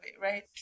Right